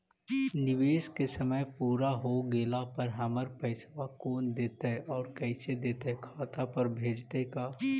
निवेश के समय पुरा हो गेला पर हमर पैसबा कोन देतै और कैसे देतै खाता पर भेजतै का?